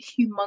humongous